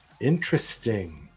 interesting